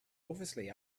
obviously